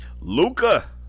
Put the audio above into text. Luca